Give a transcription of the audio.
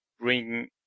bring